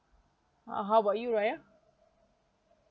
how about you raya